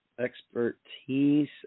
expertise